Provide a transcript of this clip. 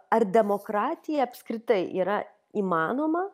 ar demokratija apskritai yra įmanoma